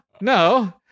no